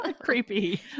creepy